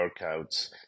workouts